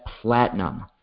platinum